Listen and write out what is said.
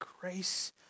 grace